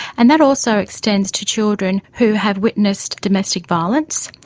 and that also extends to children who have witnessed domestic violence,